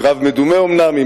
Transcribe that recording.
קרב מדומה אומנם,